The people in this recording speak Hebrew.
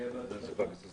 שיהיה בהצלחה.